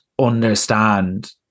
understand